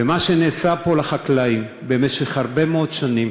ומה שנעשה פה לחקלאים במשך הרבה מאוד שנים,